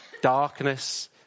darkness